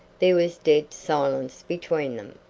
there was dead silence between them.